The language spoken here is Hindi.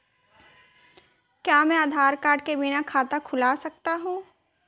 क्या मैं आधार कार्ड के बिना खाता खुला सकता हूं?